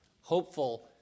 hopeful